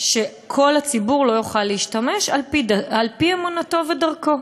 שכל הציבור לא יוכל להשתמש על-פי אמונתו ודרכו.